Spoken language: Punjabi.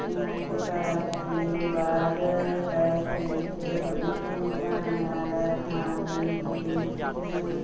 ਅਨੰਦ ਕਾਰਜ ਦੇ ਬਾਅਦ ਪੈਲਸ ਵਿੱਚ ਬੜੀ ਧੂਮਧਾਮ ਨਾਲ ਖਾਣ ਪੀਣ ਅਤੇ ਨੱਚਣ